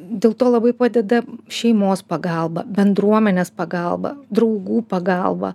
dėl to labai padeda šeimos pagalba bendruomenės pagalba draugų pagalba